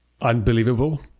unbelievable